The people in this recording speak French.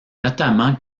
notamment